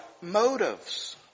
motives